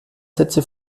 sätze